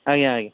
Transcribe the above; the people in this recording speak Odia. ଆଜ୍ଞା ଆଜ୍ଞା